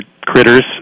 critters